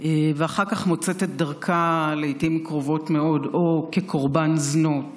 ואחר כך מוצאת את דרכה לעיתים קרובות מאוד להיות או קורבן זנות